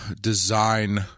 design